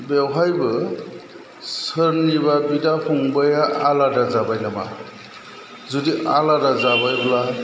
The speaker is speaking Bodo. बेवहायबो सोरनिबा बिदा फंबाइया आलादा जाबाय नामा जुदि आलादा जाबायब्ला